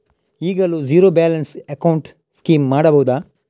ಈಗಲೂ zero balance account scheme ಮಾಡಬಹುದಾ?